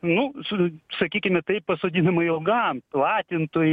nu su sakykime taip pasodinama ilgam platintoj